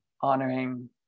honoring